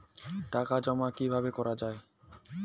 টাকা জমা কিভাবে করা য়ায়?